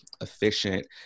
efficient